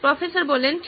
professor ঠিক